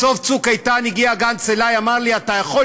בסוף צוק איתן הגיע אלי גנץ ואמר לי: אתה יכול